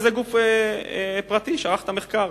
זה גוף פרטי שערך את המחקר.